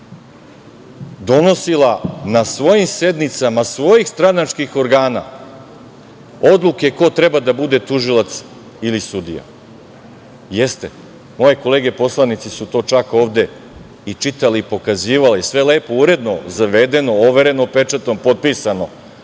donosila na svojim sednicama svojih stranačkih organa odluke ko treba da bude tužilac ili sudija? Jeste. Moje kolege poslanici su čak to ovde i čitali i pokazivali, sve lepo, uredno, zavedeno, overeno pečatom, potpisano,